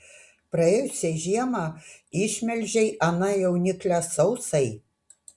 praėjusią žiemą išmelžei aną jauniklę sausai